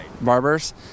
barbers